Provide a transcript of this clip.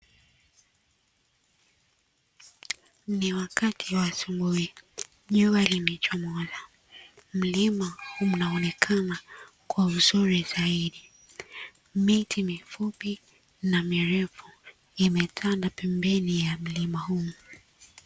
Ni wakati wa asubuhi,j ua limechomoza. Mlima unaonekana kwa uzuri zaidi, miti mirefu na mifupi imetanda pembeni ya mlima huu.